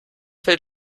fällt